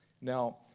Now